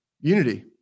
unity